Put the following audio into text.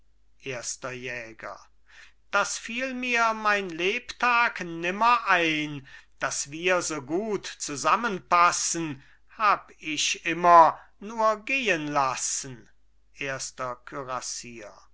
erster jäger das fiel mir mein lebtag nimmer ein daß wir so gut zusammenpassen hab mich immer nur gehen lassen erster